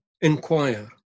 inquire